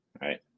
right